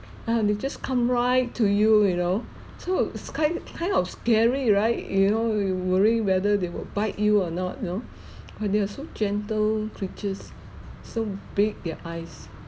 and they just come right to you you know so it's kind kind of scary right you know you worry whether they will bite you or not you know but they are so gentle creatures so big their eyes